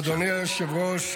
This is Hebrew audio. אדוני היושב-ראש,